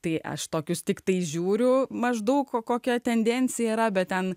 tai aš tokius tiktai žiūriu maždaug kokia tendencija yra bet ten